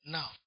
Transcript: Now